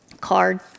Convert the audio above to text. card